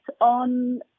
on